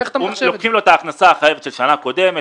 לוקחים לו את ההכנסה החייבת של שנה קודמת,